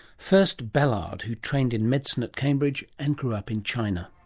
first ballard, who trained in medicine at cambridge and grew up in china.